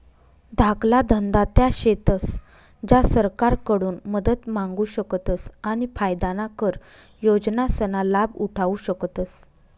धाकला धंदा त्या शेतस ज्या सरकारकडून मदत मांगू शकतस आणि फायदाना कर योजनासना लाभ उठावु शकतस